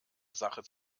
sache